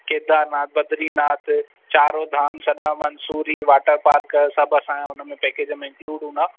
केदारनाथ बद्रीनाथ चारो धाम सदा मसूरी वाटर पार्क सभु असां जो हुनमें पैकेज़ में इनक्लूड हूंदा